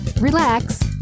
relax